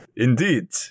Indeed